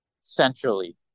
centrally